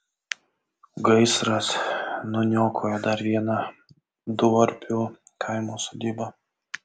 gaisras nuniokojo dar vieną duorpių kaimo sodybą